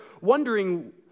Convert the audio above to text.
wondering